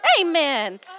Amen